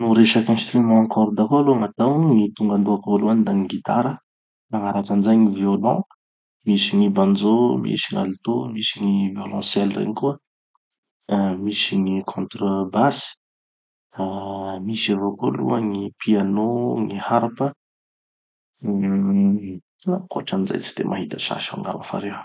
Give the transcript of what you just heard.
No resaky instruments à corde koa aloha gn'atao, gny tonga andohako voalohany da gny gitara, magnaraky anizay gny violon, misy gny banjo, misy gny alto, misy gny violoncelle regny koa, ah misy gny contre-basse, gny avao aloha gny piano, gny harpes, gn'ankotran'izay tsy de mahita sasy aho fa reo.